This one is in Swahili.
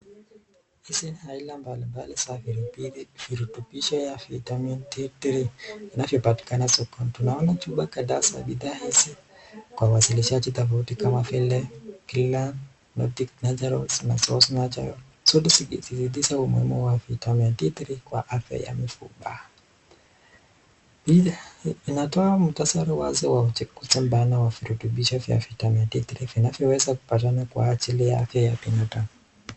Hizi ni aina mbalimbali za virutubisho ya vitamini D3 vinavyopatikana sokoni. Tunaona chupa kadhaa za bidhaa hizi kwa wasilishaji tofauti kama vile Glan, Nordic Naturals na source Natural. Zote zikisisitiza umuhimu wa vitamini D3 kwa afya ya mifupa. Picha inatoa muhtasari wazi wa uchaguzi mpana wa virutubisho vya vitamini D3 vinavyoweza kupatikana kwa ajili ya afya ya binadamu.